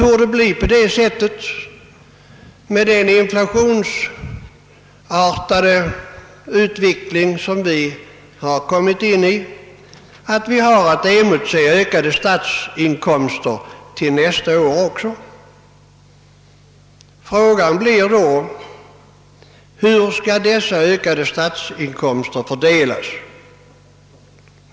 Med den nuvarande inflationsartade utvecklingen torde man ha att emotse ökade statsinkomster nästa år. Frågan blir då: Hur skall dessa ökade statsinkomster fördelas?